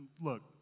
Look